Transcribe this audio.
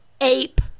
ape